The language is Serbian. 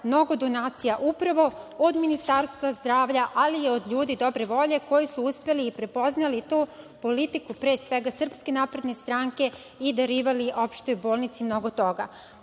mnogo donacija upravo od Ministarstva zdravlja, ali i od ljudi dobre volje koji su uspeli i prepoznali to, politiku, pre svega SNS-a, i darivali Opštoj bolnici mnogo toga. Ono